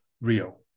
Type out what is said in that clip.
Rio